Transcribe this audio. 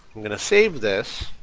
i'm going to save this.